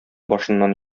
башыннан